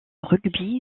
rugby